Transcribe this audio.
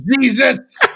Jesus